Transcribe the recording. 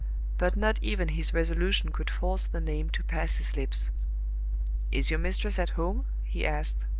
but not even his resolution could force the name to pass his lips is your mistress at home? he asked.